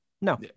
No